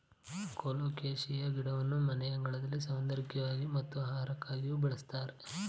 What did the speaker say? colocasia ಗಿಡವನ್ನು ಮನೆಯಂಗಳದ ಸೌಂದರ್ಯಕ್ಕಾಗಿ ಮತ್ತು ಆಹಾರಕ್ಕಾಗಿಯೂ ಬಳ್ಸತ್ತರೆ